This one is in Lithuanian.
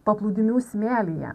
paplūdimių smėlyje